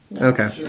Okay